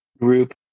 group